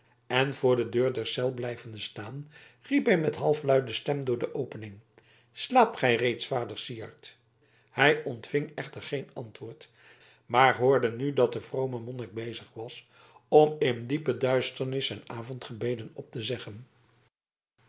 en voor de deur der cel blijvende staan riep hij met een halfluide stem door de opening slaapt gij reeds vader syard hij ontving echter geen antwoord maar hoorde nu dat de vrome monnik bezig was om in diepe duisternis zijn avondgebeden op te zeggen